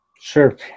Sure